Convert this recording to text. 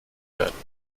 werden